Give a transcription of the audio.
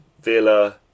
Villa